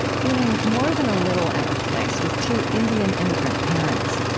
feeling more than a little out of place with two indian immigrant parents.